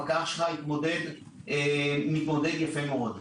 הוא מתמודד יפה מאוד.